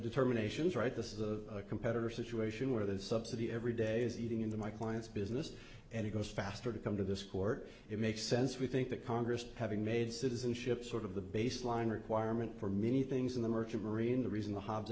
determinations right this is a competitor situation where the subsidy every day is eating into my client's business and it goes faster to come to this court it makes sense we think that congress having made citizenship sort of the baseline requirement for many things in the merchant marine the reason the hobbs